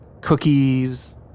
cookies